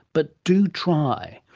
but do try.